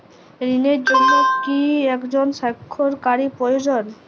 ঋণের জন্য কি একজন স্বাক্ষরকারী প্রয়োজন?